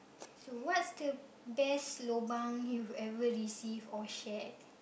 so what's the best lobang you've ever received or shared